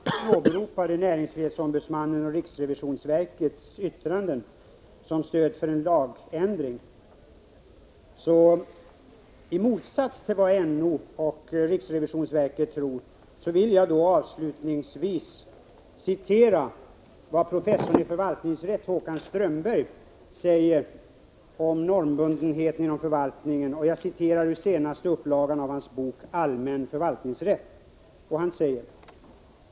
Herr talman! Eftersom Martin Olsson åberopade näringsfrihetsombudsmannens och riksrevisionsverkets yttrande som stöd för en lagändring vill jag redovisa motsatsen till vad NO och riksrevisionsverket tror. Jag vill citera vad professorn i förvaltningsrätt, Håkan Strömberg, säger om normbundenheten inom förvaltningen. Jag citerar ur senaste upplagan av hans bok Allmän förvaltningsrätt.